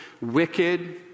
wicked